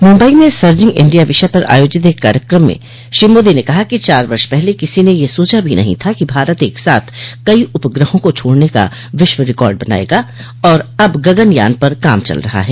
मुम्बई में surging India विषय पर आयोजित एक कार्यक्रम में श्री मोदी ने कहा कि चार वर्ष पहले किसी ने यह सोचा भी नहीं था कि भारत एक साथ कई उपग्रहों को छोड़ने का विश्व रिकार्ड बना लेगा और अब गगन यान पर काम चल रहा है